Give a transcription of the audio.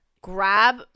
grab